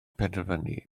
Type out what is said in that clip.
penderfynu